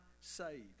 saved